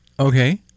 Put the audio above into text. Okay